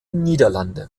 niederlande